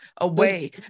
away